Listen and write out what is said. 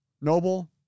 Noble